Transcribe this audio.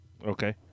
Okay